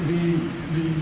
the the